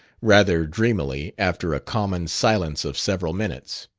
rather dreamily, after a common silence of several minutes.